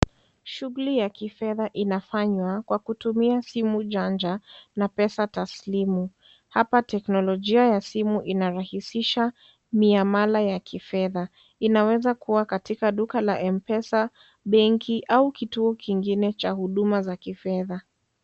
Shughuli ya kifetha inafanywa kwa kutumia simu janja na pesa taslimu. Hapa teknolojia ya simu inarahisisha miamana ya kifedha. Inaweza kuwa katika duka la Mpesa, benki, au kituo kiingine cha huduma za kifedha